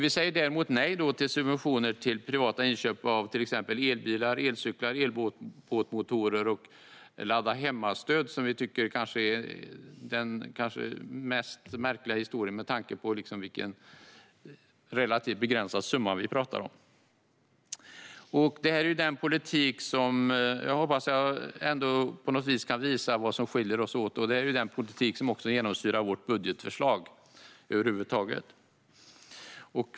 Vi säger däremot nej till subventioner för privata inköp av till exempel elbilar, elcyklar och elbåtmotorer samt till ladda-hemma-stöd, som vi tycker är den kanske märkligaste historien med tanke på den relativt begränsade summa vi talar om. Jag hoppas att jag på något vis kan visa vad som skiljer oss åt. Detta är den politik som också över huvud taget genomsyrar vårt budgetförslag.